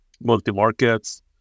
multi-markets